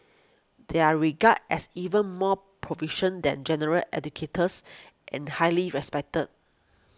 they are regarded as even more proficient than general educators and highly respected